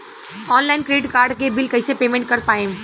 Online credit card के bill कइसे payment कर पाएम?